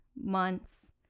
months